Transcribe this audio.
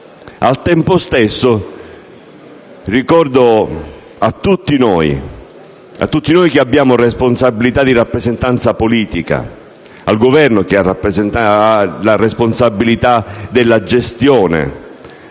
al tempo stesso rivolgermi a tutti noi, che abbiamo responsabilità di rappresentanza politica, e al Governo, che ha la responsabilità della gestione